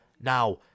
Now